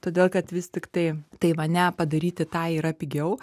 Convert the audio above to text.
todėl kad vis tiktai taivane padaryti tą yra pigiau